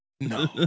No